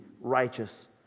righteous